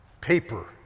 paper